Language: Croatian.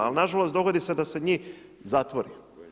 Ali nažalost, dogodi se da se njih zatvori.